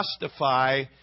justify